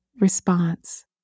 response